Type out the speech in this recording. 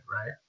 right